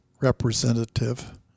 representative